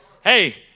Hey